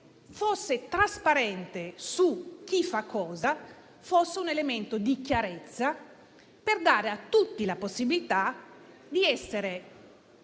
legge trasparente su chi fa cosa potesse costituire un elemento di chiarezza per dare a tutti la possibilità di essere